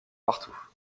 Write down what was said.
partout